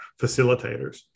facilitators